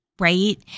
right